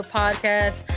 podcast